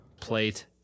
Plate